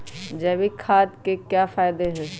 जैविक खाद के क्या क्या फायदे हैं?